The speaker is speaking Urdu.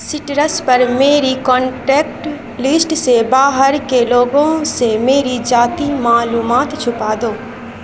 سٹرس پر میری کانٹیکٹ لسٹ سے باہر کے لوگوں سے میری ذاتی معلومات چھپا دو